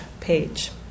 page